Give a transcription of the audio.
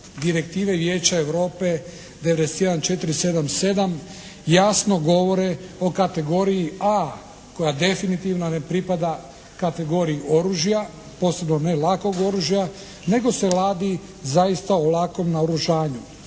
Direktive Vijeća Europe 91477 jasno govore o kategoriji A koja definitivno ne pripada kategoriji oružja, posebno ne lakog oružja nego se radi zaista o lakom naoružanju.